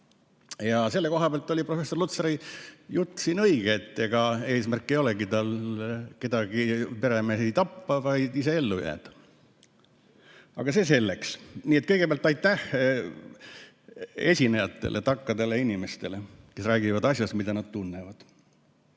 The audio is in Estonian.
Ja selle koha pealt oli professor Lutsari jutt siin õige, et ega viiruse eesmärk ei ole peremehi tappa, vaid ise ellu jääda. Aga see selleks. Nii et kõigepealt aitäh esinejatele, tarkadele inimestele, kes räägivad asjast, mida nad tunnevad!